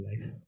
life